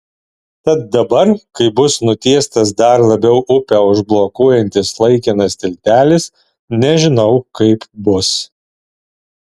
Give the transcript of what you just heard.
tad dabar kai bus nutiestas dar labiau upę užblokuojantis laikinas tiltelis nežinau kaip bus